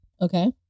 Okay